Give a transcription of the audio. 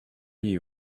you